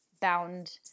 bound